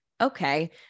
okay